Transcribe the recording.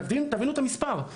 תבינו את המספר.